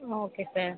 okay sir